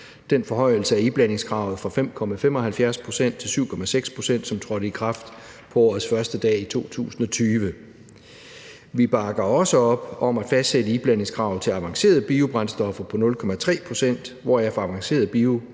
den forhøjelse af iblandingskravet fra 5,75 pct. til 7,6 pct., som trådte i kraft på årets første dag i 2020. Vi bakker også op om at fastsætte iblandingskravet til avancerede biobrændstoffer til 0,3 pct., hvorefter avancerede